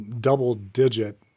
double-digit